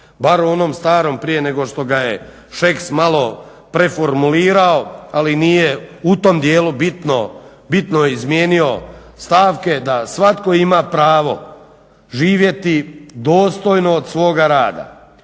bar u onom starom prije nego što ga je Šeks malo preformulirao, ali nije u tom dijelu bitno, bitno je izmijenio stavke da svatko ima pravo živjeti dostojno od svoga rada.